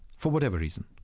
for whatever reason.